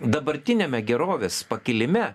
dabartiniame gerovės pakilime